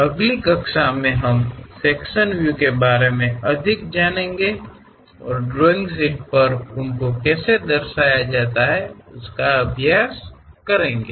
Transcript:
अगली कक्षा में हम सेक्शन व्यू के बारे में अधिक जानेंगे और ड्राइंग शीट पर उनको कैसे दर्शाते हैं उसका अभ्यास करेंगे